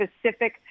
specific